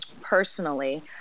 personally